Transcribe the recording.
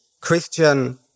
Christian